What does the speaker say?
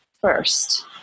first